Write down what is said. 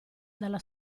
dalla